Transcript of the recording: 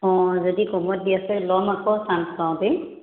অঁ যদি কমত দি আছে ল'ম আকৌ চা্ঞ্চ পাওঁতে